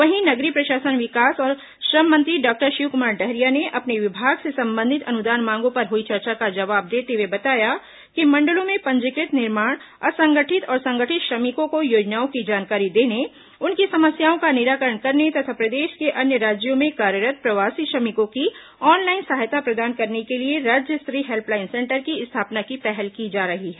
वहीं नगरीय प्रशासन विकास और श्रम मंत्री डॉक्टर शिवकुमार डहरिया ने अपने विभाग से संबंधित अनुदान मांगों पर हुई चर्चा का जवाब देते हुए बताया कि मंडलों में पंजीकृत निर्माण असंगठित और संगठित श्रमिकों को योजनाओं की जानकारी देने उनकी समस्याओं का निराकरण करने तथा प्रदेश के अन्य राज्यों में कार्यरत् प्रवासी श्रमिकों की ऑनलाइन सहायता प्रदान करने के लिए राज्य स्तरीय हेल्पलाइन सेंटर की स्थापना की पहल की जा रही है